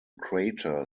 crater